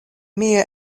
mia